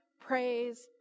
praise